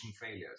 failures